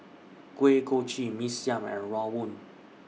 Kuih Kochi Mee Siam and Rawon